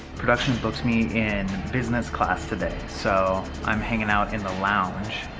production booked me in business class today. so i'm hanging out in the lounge.